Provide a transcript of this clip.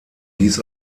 dies